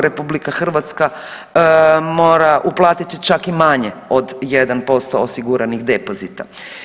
RH mora uplatiti čak i manje od 1% osiguranih depozita.